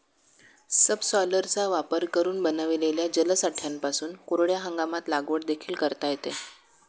सबसॉयलरचा वापर करून बनविलेल्या जलसाठ्यांपासून कोरड्या हंगामात लागवड देखील करता येते